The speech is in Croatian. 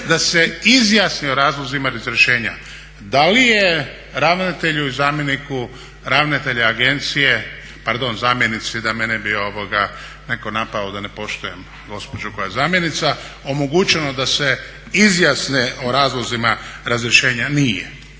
da se izjasni o razlozima razrješenja. Da li je ravnatelju i zamjeniku ravnatelja agencije, pardon zamjenici da me ne bi netko napao da ne poštujem gospođu koja je zamjenica, omogućeno da se izjasne o razlozima razrješenja? Nije.